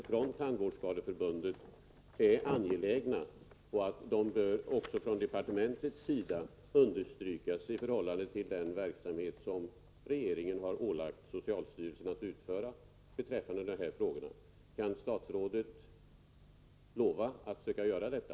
Från departementets sida bör kraven enligt min mening understrykas för socialstyrelsen med hänvisning till det uppdrag som regeringen har ålagt socialstyrelsen att utföra. Kan statsrådet lova att hon skall söka göra detta?